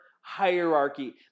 hierarchy